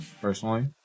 Personally